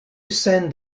send